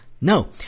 No